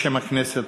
בשם הכנסת,